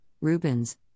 Rubens